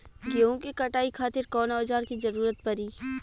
गेहूं के कटाई खातिर कौन औजार के जरूरत परी?